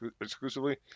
Exclusively